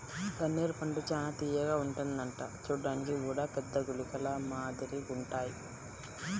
గన్నేరు పండు చానా తియ్యగా ఉంటదంట చూడ్డానికి గూడా పెద్ద గుళికల మాదిరిగుంటాయ్